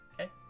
Okay